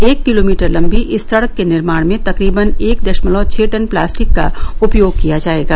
एक किलोमीटर लंबी इस सडक के निर्माण में तकरीबन एक दशमलव छह टन प्लास्टिक का उपयोग किया जाएगा